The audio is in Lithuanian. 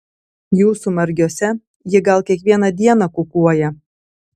jūsų margiuose ji gal kiekvieną dieną kukuoja